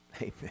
Amen